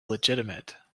legitimate